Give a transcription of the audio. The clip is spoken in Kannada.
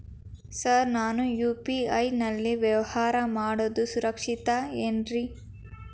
ಸರ್ ನಾನು ಯು.ಪಿ.ಐ ನಲ್ಲಿ ವ್ಯವಹಾರ ಮಾಡೋದು ಸುರಕ್ಷಿತ ಏನ್ರಿ?